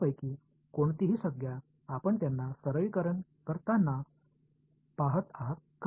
त्यापैकी कोणतीही संज्ञा आपण त्यांना सरलीकरण करताना पाहत आहात का